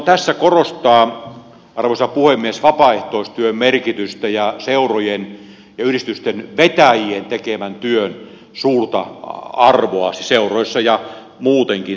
haluan tässä korostaa arvoisa puhemies vapaaehtoistyön merkitystä ja seurojen ja yhdistysten vetäjien tekemän työn suurta arvoa siis seuroissa ja muutenkin